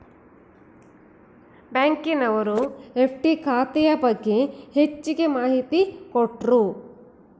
ಬ್ಯಾಂಕಿನವರು ಎಫ್.ಡಿ ಖಾತೆ ಬಗ್ಗೆ ಹೆಚ್ಚಗೆ ಮಾಹಿತಿ ಕೊಟ್ರು